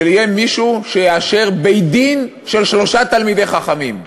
שיהיה מישהו שיאשר בית-דין של שלושה תלמידי חכמים.